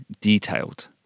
detailed